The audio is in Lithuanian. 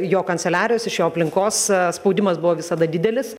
jo kanceliarijos iš jo aplinkos spaudimas buvo visada didelis